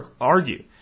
argue